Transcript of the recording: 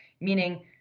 meaning